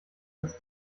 als